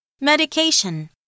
Medication